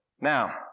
Now